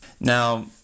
Now